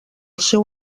seu